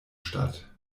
statt